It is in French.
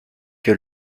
que